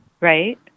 Right